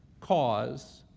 cause